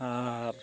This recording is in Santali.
ᱟᱨ